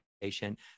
patient